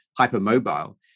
hypermobile